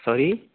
sorry